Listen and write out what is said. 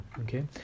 Okay